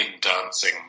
dancing